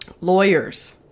lawyers